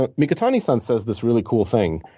but mikitani-son says this really cool thing.